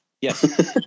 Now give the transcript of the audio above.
Yes